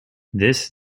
this